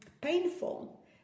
painful